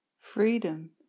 Freedom